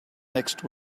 next